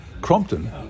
Crompton